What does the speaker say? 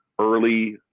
early